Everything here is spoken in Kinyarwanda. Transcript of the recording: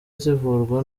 zivurwa